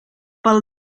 pel